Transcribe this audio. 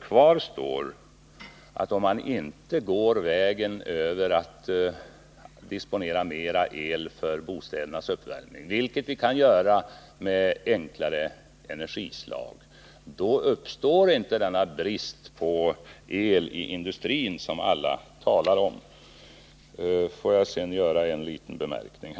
Kvar står att om man inte går vägen över att disponera mera el för bostädernas uppvärmning, vilken kan ske med enklare energislag, uppstår inte denna brist på el i industrin som kärnkraftsanhängarna talar om. Får jag sedan göra en liten bemärkning.